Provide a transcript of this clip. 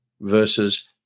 versus